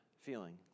feeling